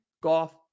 golf